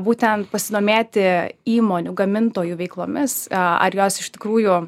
būtent pasidomėti įmonių gamintojų veiklomis ar jos iš tikrųjų